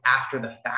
after-the-fact